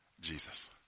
Jesus